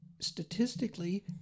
statistically